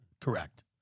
Correct